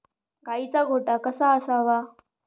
गाईचा गोठा कसा असावा?